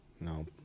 No